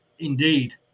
Indeed